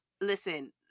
Listen